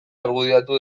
argudiatu